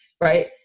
Right